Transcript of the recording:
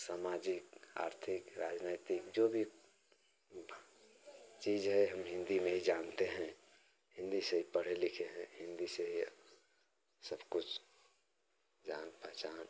सामजिक आर्थिक राजनैतिक जो भी भ चीज है हम हिन्दी में ही जानते हैं हिन्दी से ही पढ़े लिखे हैं हिन्दी से ही सब कुछ जान पहचान